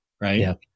right